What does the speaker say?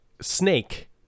snake